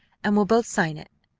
and we'll both sign it.